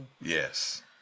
Yes